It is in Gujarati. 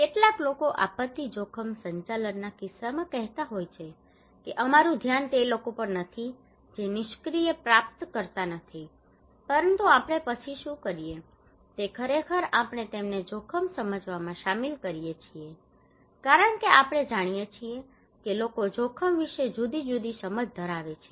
કેટલાક લોકો આપત્તિ જોખમ સંચાલનના કિસ્સામાં કહેતા હોય છે કે અમારું ધ્યાન તે લોકો પર નથી જે કે નિષ્ક્રિય પ્રાપ્તકર્તા નથી પરંતુ આપણે પછી શું કરીએ છીએ તે ખરેખર આપણે તેમને જોખમ સમજવામાં શામેલ કરીએ છીએ કારણ કે આપણે જાણીએ છીએ કે લોકો જોખમ વિશે જુદી જુદી સમજ ધરાવે છે